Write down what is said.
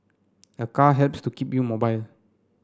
a car helps to keep you mobile